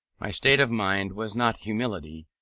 my state of mind was not humility,